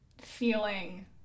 feeling